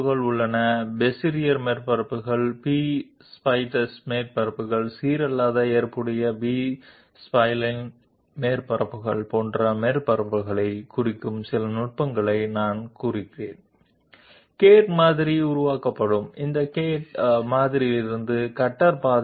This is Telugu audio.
ఇవి 2 ఉదాహరణలు MATLAB ప్రోగ్రామింగ్ని ఉపయోగించడం ద్వారా మేము ఫ్రీ ఫామ్ సర్ఫేస్ యొక్క కొన్ని ఉదాహరణలను అభివృద్ధి చేసాము మరియు కొన్ని ఉపరితలాలు అందుబాటులో ఉన్నాయి అంటే బెజియర్ సర్ఫేసెస్ B స్ప్లైన్ల సర్ఫేసెస్ నాన్ యూనిఫాం హేతుబద్ధమైన B స్ప్లైన్ సర్ఫేస్లు మరియు మొదలైన ఉపరితలాలను సూచించే కొన్ని పద్ధతులు అందుబాటులో ఉన్నాయి